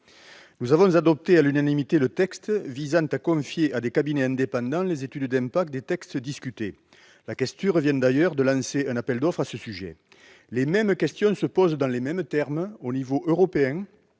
Nous avons adopté à l'unanimité le texte visant à confier à des cabinets indépendants les études d'impact des textes discutés. La Questure du Sénat vient d'ailleurs de lancer un appel d'offres à ce sujet. Les mêmes questions se posent dans les mêmes termes au niveau européen